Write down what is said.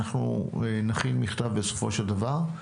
אנו נכין מכתב בסופו של דבר,